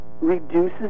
reduces